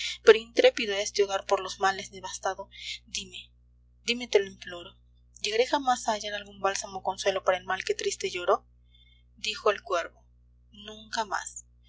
pero intrépido a este hogar por los males devastado dime dime te lo imploro llegaré jamás a hallar algún bálsamo o consuelo para el mal que triste lloro dijo el cuervo nunca más